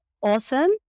awesome